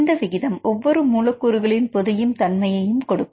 இந்த விகிதம் ஒவ்வொரு மூலக்கூறுகளின் புதையும் தன்மையை கொடுக்கும்